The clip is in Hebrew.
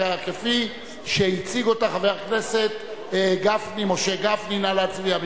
כפי שהציג אותה חבר הכנסת משה גפני - נא להצביע.